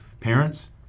parents